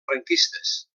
franquistes